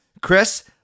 Chris